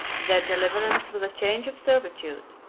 their deliverance was a change of servitude,